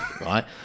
right